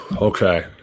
Okay